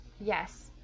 Yes